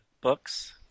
books